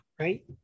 Right